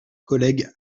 collègue